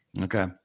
Okay